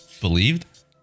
believed